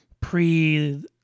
pre